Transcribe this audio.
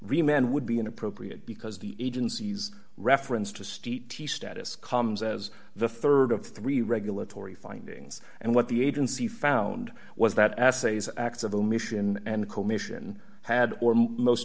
remain would be inappropriate because the agency's reference to state status comes as the rd of three regulatory findings and what the agency found was that essays acts of omission and commission had or most